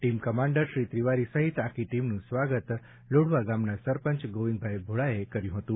team commander Shri Tiwari સહિત આખી ટીમનું સ્વાગત લોઢવા ગામના સરપંચ ગોવિંદભાઈ ભોળાએ કર્યું હતું